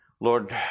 Lord